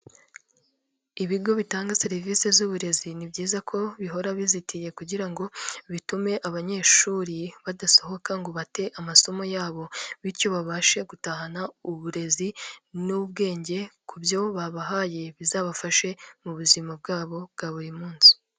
Ibigo bitanga serivisi z'uburezi, ni byiza ko bihora bizitiye kugira ngo bitume abanyeshuri badasohoka ngo bate amasomo yabo bityo babashe gutahana uburezi n'ubwenge ku byo babahaye, bizabafashe mu buzima bwabo bwa buri munsi.